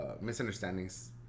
misunderstandings